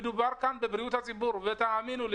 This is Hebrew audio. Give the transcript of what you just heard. מדובר כאן בבריאות הציבור ותאמינו לי,